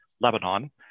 lebanon